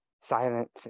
silent